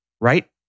right